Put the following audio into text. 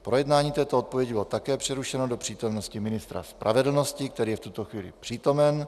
Projednání této odpovědi bylo také přerušeno do přítomnosti ministra spravedlnosti, který je v tuto chvíli přítomen.